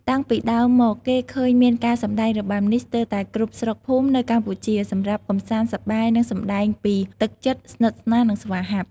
តាំងពីដើមមកគេឃើញមានការសម្ដែងរបាំនេះស្ទើតែគ្រប់ស្រុកភូមិនៅកម្ពុជាសម្រាប់កំសាន្តសប្បាយនិងសម្ដែងពីទឹកចិត្តស្និតស្នាលនិងស្វាហាប់។